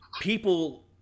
People